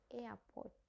airport